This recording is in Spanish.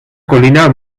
colina